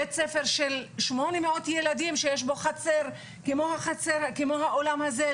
בית ספר של שמונה מאות ילדים שיש בו חצר כמו האולם הזה,